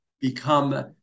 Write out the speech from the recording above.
become